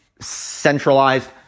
centralized